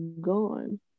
gone